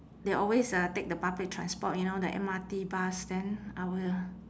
they always uh take the public transport you know the M_R_T bus then I will